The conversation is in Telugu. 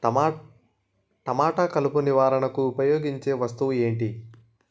టమాటాలో కలుపు నివారణకు ఉపయోగించే వస్తువు ఏంటి?